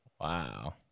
Wow